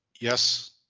yes